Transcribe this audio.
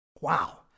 Wow